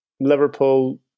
Liverpool